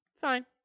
Fine